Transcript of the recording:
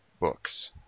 books